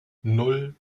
nan